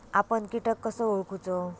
आपन कीटक कसो ओळखूचो?